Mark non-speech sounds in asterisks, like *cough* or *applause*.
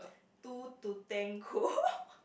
two to tango *laughs*